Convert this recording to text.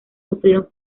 sufrieron